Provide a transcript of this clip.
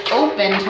open